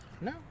no